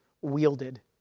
wielded